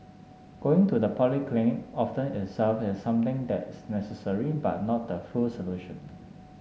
going to the polyclinic often itself is something that's necessary but not the full solution